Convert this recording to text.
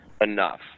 enough